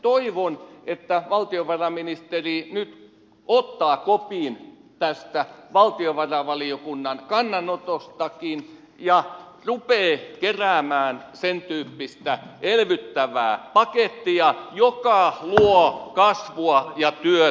toivon että valtiovarainministeri nyt ottaa kopin tästä valtiovarainvaliokunnan kannanotostakin ja rupeaa keräämään sentyyppistä elvyttävää pakettia joka luo kasvua ja työtä suomeen